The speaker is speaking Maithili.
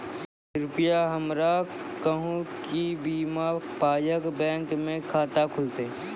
कृपया हमरा कहू कि बिना पायक बैंक मे खाता खुलतै?